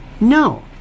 No